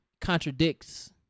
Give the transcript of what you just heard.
contradicts